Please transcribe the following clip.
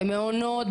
במעונות,